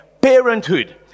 Parenthood